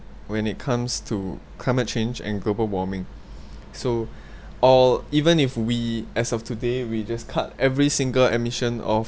when it comes to climate change and global warming so or even if we as of today we just cut every single emission of